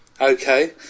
Okay